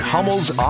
Hummel's